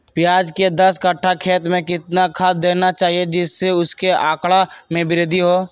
प्याज के दस कठ्ठा खेत में कितना खाद देना चाहिए जिससे उसके आंकड़ा में वृद्धि हो?